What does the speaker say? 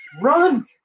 run